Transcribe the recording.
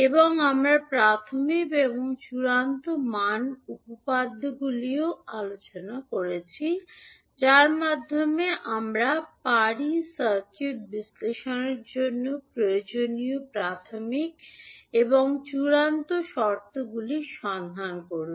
এবং আমরা প্রাথমিক এবং চূড়ান্ত মান উপপাদাগুলিও আলোচনা করেছি যার মাধ্যমে আমরা পারি সার্কিট বিশ্লেষণের জন্য প্রয়োজনীয় প্রাথমিক এবং চূড়ান্ত শর্তগুলি সন্ধান করুন